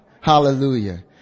Hallelujah